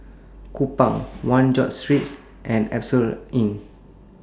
Kupang one George Street and Asphodel Inn